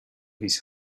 his